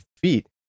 feet